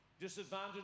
Disadvantage